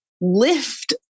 lift